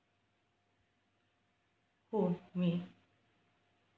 oh me